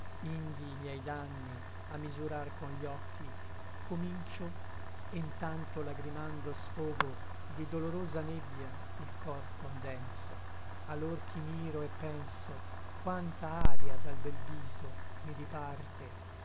indi i miei danni a misurar con gli occhi comincio e ntanto lagrimando sfogo di dolorosa nebbia il cor condenso alor ch'i miro et penso quanta aria dal bel viso mi diparte